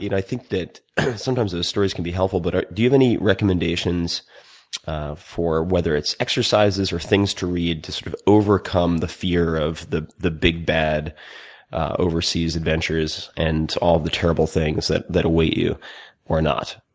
you know i think that sometimes those stories can be helpful. but do you have any recommendations ah for whether it's exercises or things to read, to sort of overcome the fear of the the big, bad overseas adventures, and all the terrible things that that await you or not?